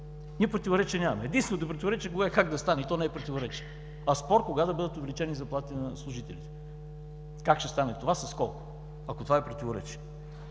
Ние противоречия нямаме. Единственото противоречие е кога и как да стане, и то не е противоречие, а спор кога да бъдат увеличени заплатите на служителите, как ще стане това, с колко, ако това е противоречие.